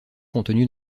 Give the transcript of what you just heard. contenus